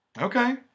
Okay